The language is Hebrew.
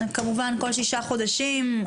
כל שישה חודשים,